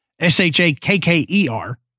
S-H-A-K-K-E-R